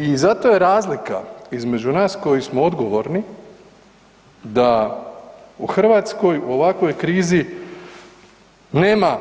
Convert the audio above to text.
I zato je razlika između nas koji smo odgovorni da u Hrvatskoj u ovakvoj krizi nema